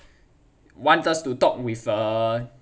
wants us to talk with a